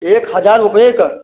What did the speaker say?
एक हजार रुपये का